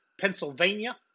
Pennsylvania